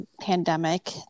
pandemic